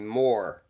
more